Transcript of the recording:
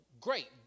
great